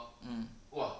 um